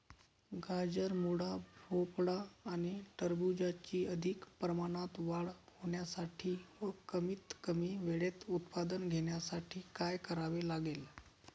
गाजर, मुळा, भोपळा आणि टरबूजाची अधिक प्रमाणात वाढ होण्यासाठी व कमीत कमी वेळेत उत्पादन घेण्यासाठी काय करावे लागेल?